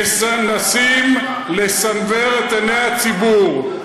מנסים לסנוור את עיני הציבור.